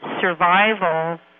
survival